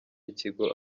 ikigo